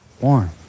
warm